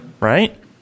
Right